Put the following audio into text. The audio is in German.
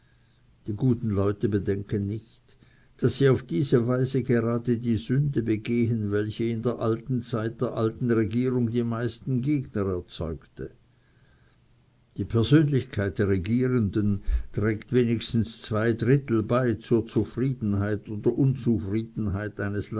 die guten leute bedenken nicht daß sie auf diese weise gerade die sünde begehen welche in der alten zeit der alten regierung die meisten gegner erzeugte die persönlichkeit der regierenden trägt wenigstens zwei drittel bei zur zufriedenheit oder unzufriedenheit eines